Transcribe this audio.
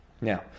Now